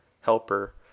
helper